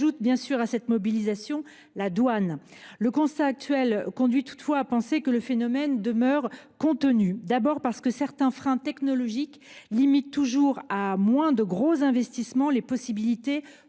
J’ajoute bien sûr à cette mobilisation les douanes. Le constat actuel conduit toutefois à penser que le phénomène demeure contenu. D’abord, parce que certains freins technologiques limitent toujours – à moins de gros investissements – les possibilités